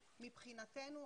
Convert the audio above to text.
מבחינתנו,